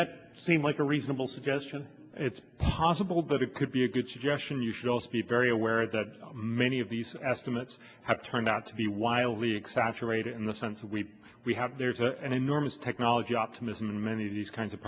that seems like a reasonable suggestion it's possible but it could be a good suggestion you should also be very aware that many of these estimates have turned out to be wildly exaggerated in the sense we we have there's an enormous technology optimism in many of these kinds of